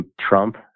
Trump